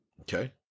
Okay